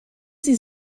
sie